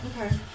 okay